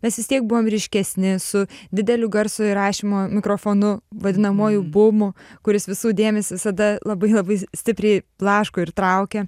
mes vis tiek buvom ryškesni su dideliu garso įrašymo mikrofonu vadinamuoju bumu kuris visų dėmesį visada labai labai stipriai blaško ir traukia